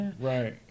Right